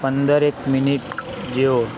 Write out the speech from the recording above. પંદર એક મિનિટ જેવો